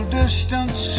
distance